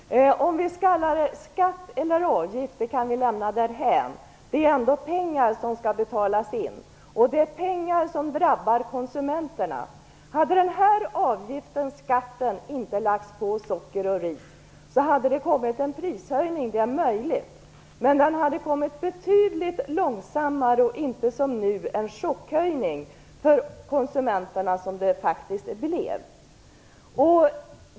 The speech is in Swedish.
Herr talman! Om vi skall kalla det skatt eller avgift kan vi lämna därhän. Det är ändå fråga om pengar som skall betalas in, och det är pengar som drabbar konsumenterna. Hade den här avgiften/skatten inte lagts på socker och ris, är det möjligt att det hade kommit en prishöjning, men den hade kommit betydligt långsammare och inte som nu blivit en chockhöjning för konsumenterna, som det faktiskt blev.